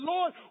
Lord